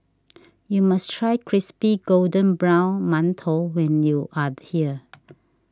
you must try Crispy Golden Brown Mantou when you are here